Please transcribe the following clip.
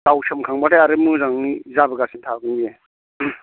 गाव सोमखांबाथाय आरो मोजां जाबोगासिनो थागोन बेयो